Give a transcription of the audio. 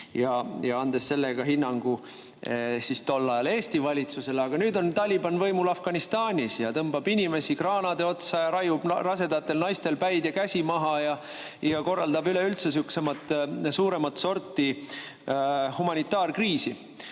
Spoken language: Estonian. andes sellega tol ajal hinnangu Eesti valitsusele. Aga nüüd on Taliban võimul Afganistanis. Ta tõmbab inimesi kraanade otsa, raiub rasedatel naistel päid ja käsi maha ja korraldab üleüldse sihukest suuremat sorti humanitaarkriisi,